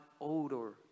odor